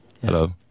Hello